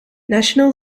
national